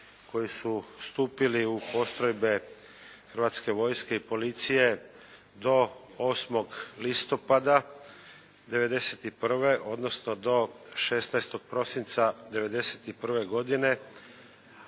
koji su stupili u postrojbe Hrvatske vojske i policije do 8. listopada '91., odnosno do 16. prosinca '91. godine,